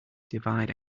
divide